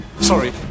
Sorry